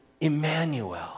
Emmanuel